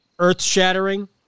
earth-shattering